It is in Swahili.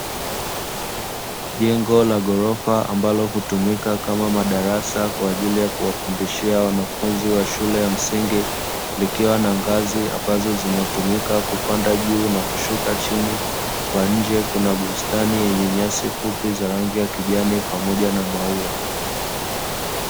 Jengo la ghorofa ambalo hutumika kama madarasa kwa ajili ya kuwafundishia wanafunzi wa shule ya msingi, likiwa na ngazi ambazo zinatumika kupanda juu na kushuka chini, kwa nje kuna bustani yenye nyasi fupi za rangi ya kijani pamoja na maua.